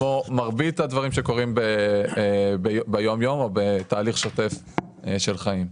כמו מרבית הדברים שקורים ביום-יום או בתהליך שוטף של חיים.